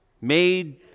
Made